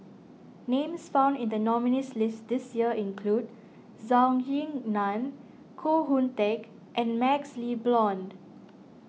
names found in the nominees'list this year include Zhou Ying Nan Koh Hoon Teck and MaxLe Blond